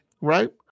Right